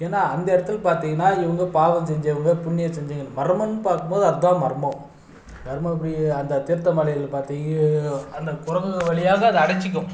ஏன்னால் அந்த இடத்துல பார்த்திங்கன்னா இவங்க பாவம் செஞ்சவங்க புண்ணியம் செஞ்சவங்க மர்மம்னு பார்க்கும் போது அதுதான் மர்மம் தர்மபுரி அந்த தீர்த்தமலையில் பார்த்திங்க அந்த குரங்குங்க வழியாக அது அடைச்சிக்கும்